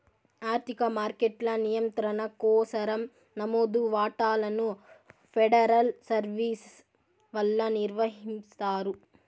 ఆర్థిక మార్కెట్ల నియంత్రణ కోసరం నమోదు వాటాలను ఫెడరల్ సర్వీస్ వల్ల నిర్వహిస్తారు